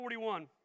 41